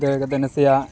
ᱫᱟᱹᱲ ᱠᱟᱛᱮᱫ ᱱᱟᱥᱮᱭᱟᱜ